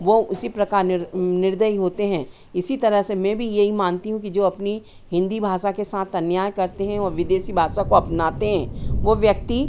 वो उसी प्रकार निर्दयी होते हैं इसी तरह से मैं भी यही मानती हूँ कि जो अपनी हिन्दी भाषा के साथ अन्याय करते हैं और विदेशी भाषा को अपनाते हैं वो व्यक्ति